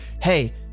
hey